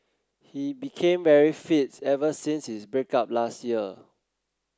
he became very fit ever since his break up last year